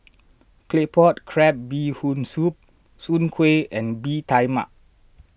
Claypot Crab Bee Hoon Soup Soon Kway and Bee Tai Mak